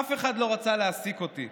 אף אחד לא רצה להעסיק אותי.